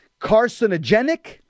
carcinogenic